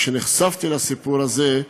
כשנחשפתי לסיפור הזה,